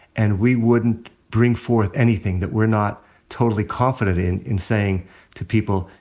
and we wouldn't bring forth anything that we're not totally confident in, in saying to people,